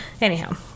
anyhow